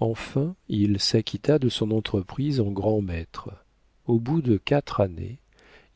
enfin il s'acquitta de son entreprise en grand maître au bout de quatre années